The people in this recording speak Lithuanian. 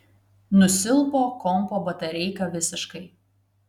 nusilpo kompo batareika visiškai